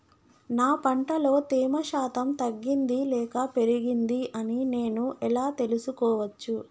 నా పంట లో తేమ శాతం తగ్గింది లేక పెరిగింది అని నేను ఎలా తెలుసుకోవచ్చు?